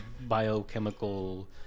biochemical